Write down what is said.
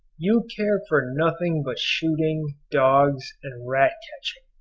you care for nothing but shooting, dogs, and rat-catching,